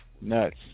Nuts